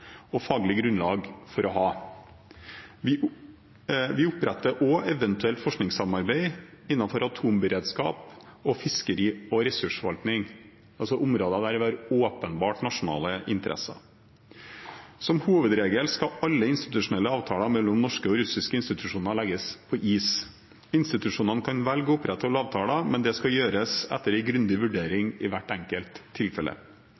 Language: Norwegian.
og faglig grunnlag for å ha. Vi oppretter også eventuelt forskningssamarbeid innenfor atomberedskap og fiskeri- og ressursforvaltning, altså områder der det er åpenbart nasjonale interesser. Som hovedregel skal alle institusjonelle avtaler mellom norske og russiske institusjoner legges på is. Institusjonene kan velge å opprettholde avtaler, men det skal gjøres etter en grundig vurdering i hvert enkelt tilfelle.